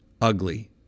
ugly